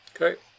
Okay